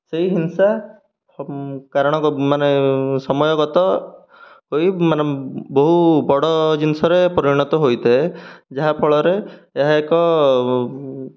ସେହି ହିଂସା କାରଣ ମାନେ ସମୟଗତ ହୋଇ ମାନେ ବହୁ ବଡ଼ ଜିନିଷରେ ପରିଣତ ହୋଇଥାଏ ଯାହା ଫଳରେ ଏହା ଏକ